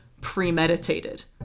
premeditated